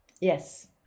Yes